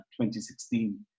2016